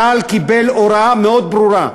צה"ל קיבל הוראה מאוד ברורה,